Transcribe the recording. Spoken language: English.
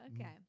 okay